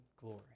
glory